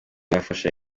yafasha